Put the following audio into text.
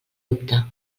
dubte